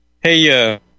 hey